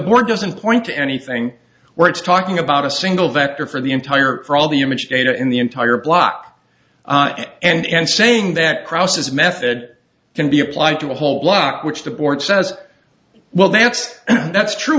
border doesn't point to anything where it's talking about a single vector for the entire for all the image data in the entire block and saying that crosses method can be applied to a whole block which the board says well that's that's true